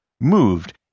moved